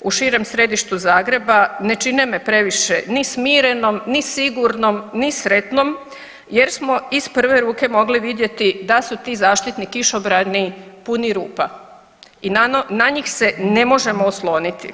u širem središtu Zagreba ne čine me previše ni smirenom, ni sigurnom, ni sretnom jer smo iz prve ruke mogli vidjeti da su ti zaštitni kišobrani puni rupa i na njih se ne možemo osloniti.